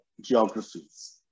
geographies